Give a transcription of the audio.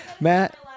Matt